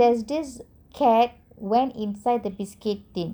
and there's this cat went inside the biscuit tin